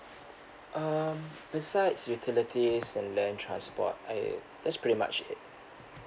um besides utilities and then transport I that's pretty much it